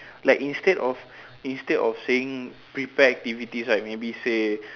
like instead of instead of saying prepare activities right maybe say